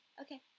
Okay